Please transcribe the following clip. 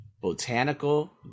botanical